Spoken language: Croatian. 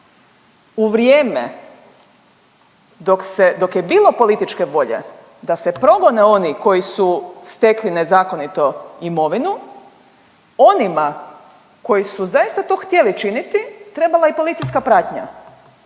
u vrijeme dok je bilo političke volje da se progone oni koji su stekli nezakonito imovinu onima koji su zaista to htjeli činiti trebala je i policijska pratnja.